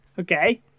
Okay